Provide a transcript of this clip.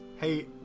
Hey